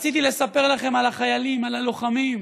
רציתי לספר לכם על החיילים, על הלוחמים,